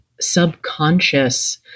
subconscious